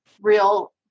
real